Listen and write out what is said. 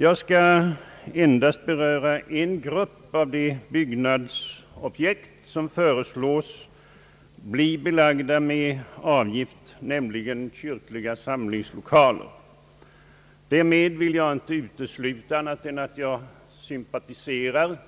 Jag skall endast beröra en grupp av de byggnadsprojekt som föreslås bli belagda med avgift, nämligen kyrkliga samlingslokaler. Därmed vill jag inte utesluta att jag sympatiserar